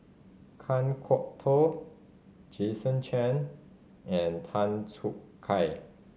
Kan Kwok Toh Jason Chan and Tan Choo Kai